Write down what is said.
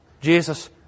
Jesus